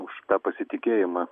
už tą pasitikėjimą